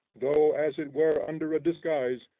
though as it were under a disguise,